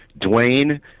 Dwayne